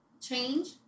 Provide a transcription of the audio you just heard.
change